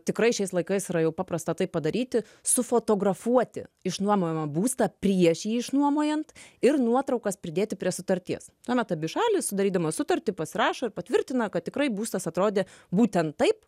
tikrai šiais laikais yra jau paprasta tai padaryti sufotografuoti išnuomojamą būstą prieš jį išnuomojant ir nuotraukas pridėti prie sutarties tuomet abi šalys sudarydamos sutartį pasirašo ir patvirtina kad tikrai būstas atrodė būtent taip